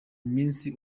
iminsi